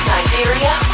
Siberia